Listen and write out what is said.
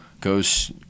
goes